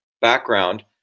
background